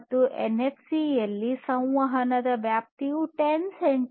ಮತ್ತು ಎನ್ಎಫ್ಸಿಯಲ್ಲಿ ಸಂವಹನದ ವ್ಯಾಪ್ತಿಯು 10 ಸೆಂ